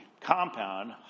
compound